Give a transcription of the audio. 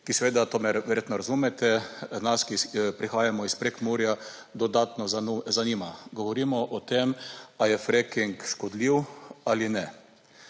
ki seveda, to me verjetno razumete, nas, ki prihajamo iz Prekmurja, dodatno zanima. Govorimo o tem, ali je freking škodljiv ali ne.